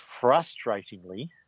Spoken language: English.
frustratingly